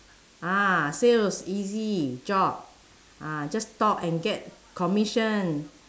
ah sales easy job ah just talk and get commission